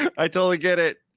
i totally get it.